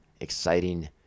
exciting